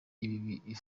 ibi